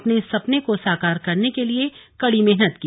अपने इस सपने को साकार करने के लिए कड़ी मेहनत की